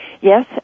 Yes